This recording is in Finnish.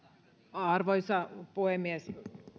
arvoisa puhemies